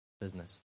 business